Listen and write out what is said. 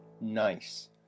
Nice